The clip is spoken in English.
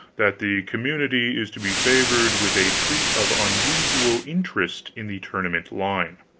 that the commu nity is to be favored with a treat of un usual interest in the tournament line.